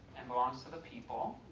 and belongs to the people.